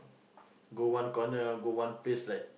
go one corner go one place like